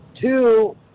two